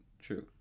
True